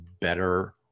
better